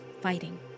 fighting